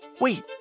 Wait